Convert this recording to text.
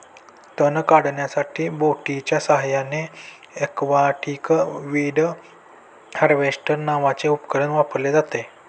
तण काढण्यासाठी बोटीच्या साहाय्याने एक्वाटिक वीड हार्वेस्टर नावाचे उपकरण वापरले जाते